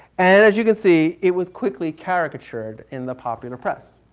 and as you can see, it was quickly caricatured in the popular press.